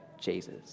Jesus